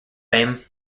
fame